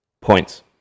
points